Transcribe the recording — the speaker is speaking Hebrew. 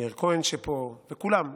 למאיר כהן שפה ולכולם.